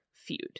feud